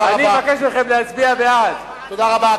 מה אתה אומר על